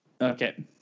okay